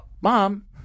Mom